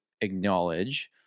acknowledge